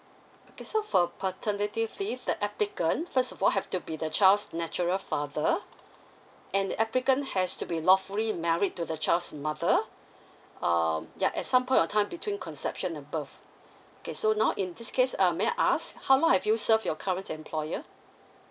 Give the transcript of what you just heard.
okay so for paternity leave the applicant first of all have to be the child's natural father and the applicant has to be lawfully married to the child's mother um ya at some point of time between conception above okay so now in this case uh may I ask how long have you serve your current employer